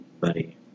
Buddy